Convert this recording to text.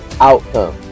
outcome